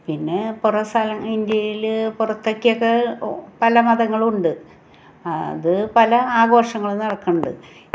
പിന്നെ പുറ സ ഇന്ത്യയിൽ പുറത്തേക്കൊക്കെ പല മതങ്ങളും ഉണ്ട് അത് പല ആഘോഷങ്ങളും നടക്കുന്നുണ്ട്